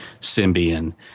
Symbian